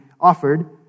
offered